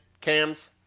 cams